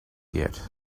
yet